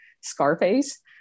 Scarface